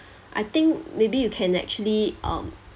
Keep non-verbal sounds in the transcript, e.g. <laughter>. <breath> I think maybe you can actually um